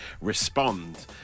respond